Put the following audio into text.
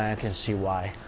ah can see why